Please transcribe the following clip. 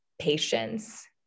patience